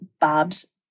Bob's